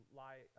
lie